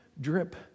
drip